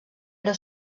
era